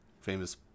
famous